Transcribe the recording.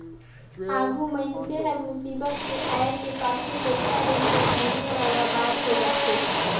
आघु मइनसे हर मुसीबत के आय के पाछू पइसा रहिके धुमे वाला बात होए जाथे